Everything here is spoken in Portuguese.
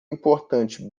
importante